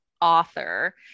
author